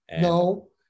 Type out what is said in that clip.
No